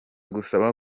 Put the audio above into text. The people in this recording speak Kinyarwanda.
gusaba